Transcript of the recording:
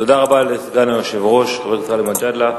תודה רבה לסגן היושב-ראש חבר הכנסת גאלב מג'אדלה.